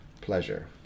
pleasure